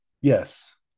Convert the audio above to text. yes